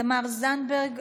תמר זנדברג,